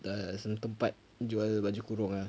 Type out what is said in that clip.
the semua tempat jual baju kurung ah